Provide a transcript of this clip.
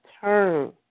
turn